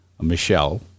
Michelle